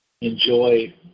enjoy